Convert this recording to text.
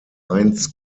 mainz